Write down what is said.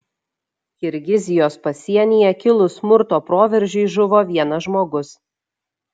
kirgizijos pasienyje kilus smurto proveržiui žuvo vienas žmogus